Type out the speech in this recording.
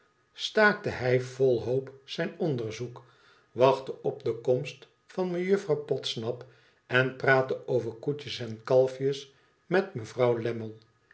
staakte hij vol hoop zijn onderzoek wachtte op de komst van mejuffrouw podsnap en praatte over koetjes en kalfjes met mevrouw